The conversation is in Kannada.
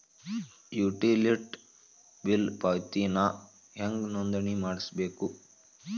ಯುಟಿಲಿಟಿ ಬಿಲ್ ಪಾವತಿಗೆ ನಾ ಹೆಂಗ್ ನೋಂದಣಿ ಮಾಡ್ಸಬೇಕು?